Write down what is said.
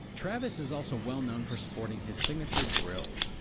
travis is also well known for sporting his signature grills,